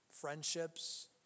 friendships